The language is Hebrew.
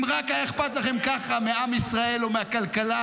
אם רק היה אכפת לכם ככה מעם ישראל או מהכלכלה,